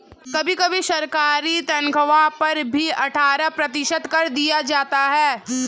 कभी कभी सरकारी तन्ख्वाह पर भी अट्ठारह प्रतिशत कर लगा दिया जाता है